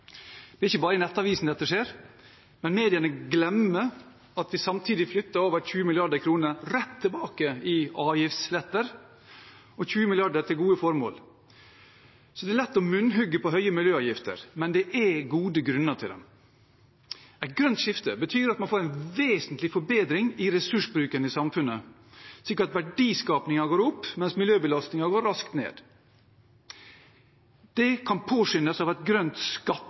Det er ikke bare i Nettavisen dette skjer. Men mediene glemmer at vi samtidig flytter over 20 mrd. kr rett tilbake i avgiftsletter, og 20 mrd. kr til gode formål. Det er lett å ha munnhuggeri om høye miljøavgifter, men det er gode grunner til det. Et grønt skifte betyr at man får en vesentlig forbedring i ressursbruken i samfunnet, slik at verdiskapingen går opp, mens miljøbelastningen går raskt ned. Det kan påskyndes av et grønt